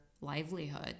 livelihood